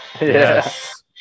Yes